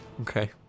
Okay